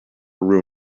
room